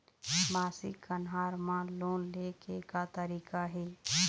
मासिक कन्हार म लोन ले के का तरीका हे?